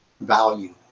value